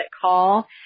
call